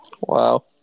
Wow